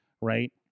right